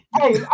Hey